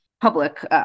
public